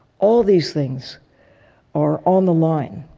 all these things are on the line.